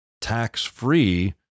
tax-free